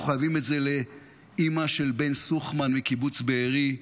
אנחנו חייבים את זה לאימא של בן סוכמן מקיבוץ בארי,